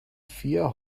vier